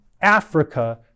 Africa